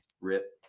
Rip